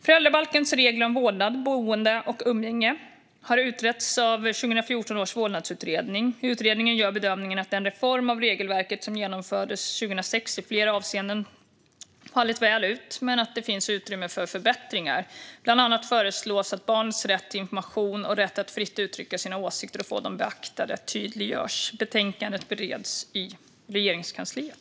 Föräldrabalkens regler om vårdnad, boende och umgänge har utretts av 2014 års vårdnadsutredning. Utredningen gör bedömningen att den reform av regelverket som genomfördes 2006 i flera avseenden fallit väl ut men att det finns utrymme för förbättringar. Bland annat föreslås att barnets rätt till information och rätt att fritt uttrycka sina åsikter och få dem beaktade tydliggörs. Betänkandet bereds i Regeringskansliet.